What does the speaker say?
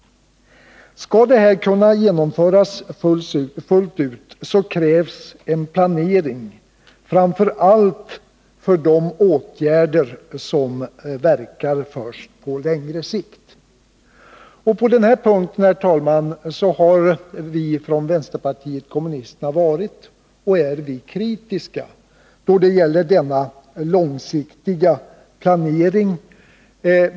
Skall detta kunna genomföras fullt ut, så krävs en planering, framför allt för de åtgärder som verkar först på längre sikt. På den här punkten, herr talman, har vi från vänsterpartiet kommunisterna varit och är kritiska då det gäller denna långsiktiga planering.